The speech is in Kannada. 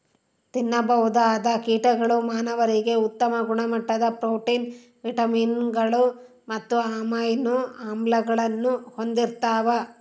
ತಿನ್ನಬಹುದಾದ ಕೀಟಗಳು ಮಾನವರಿಗೆ ಉತ್ತಮ ಗುಣಮಟ್ಟದ ಪ್ರೋಟೀನ್, ವಿಟಮಿನ್ಗಳು ಮತ್ತು ಅಮೈನೋ ಆಮ್ಲಗಳನ್ನು ಹೊಂದಿರ್ತವ